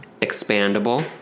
expandable